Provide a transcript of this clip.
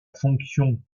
fonction